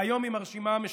והיום עם הרשימה המשותפת.